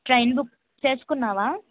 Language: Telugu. train book చేస్కున్నావా